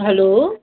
hello